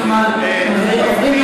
גברתי, אנחנו לא בורחים מכאן.